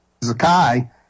Zakai